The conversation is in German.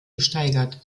gesteigert